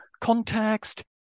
context